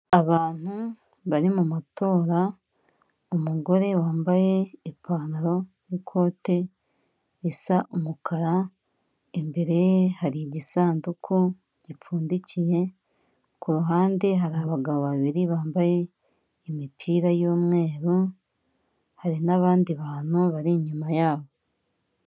Abantu bari matora umugore wambaye ipantaro n'ikote risa umukara, imbere ye hari igisanduku gipfundikiye ku ruhande hari abagabo babiri bambaye imipira y'umweru hari n'abandi bantu bari inyuma yabo.